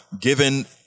given